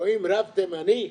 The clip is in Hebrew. רואים רב תימני,